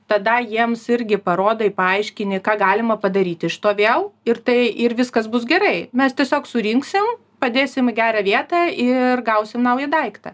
tada jiems irgi parodai paaiškini ką galima padaryt iš to vėl ir tai ir viskas bus gerai mes tiesiog surinksim padėsim į gerą vietą ir gausim naują daiktą